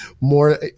more